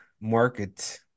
market